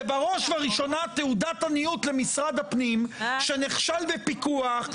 בראש ובראשונה תעודת עניות למשרד הפנים שנכשל בפיקוח,